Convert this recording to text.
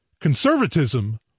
conservatism